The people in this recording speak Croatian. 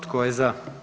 Tko je za?